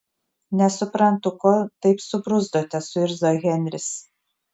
nesuprantu ko taip subruzdote suirzo henris